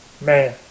Man